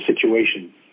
situation